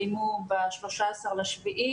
ליולי.